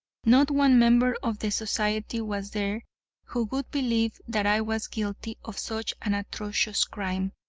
not one member of the society was there who would believe that i was guilty of such an atrocious crime.